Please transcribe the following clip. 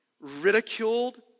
ridiculed